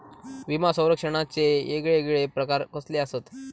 विमा सौरक्षणाचे येगयेगळे प्रकार कसले आसत?